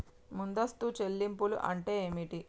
ముందస్తు చెల్లింపులు అంటే ఏమిటి?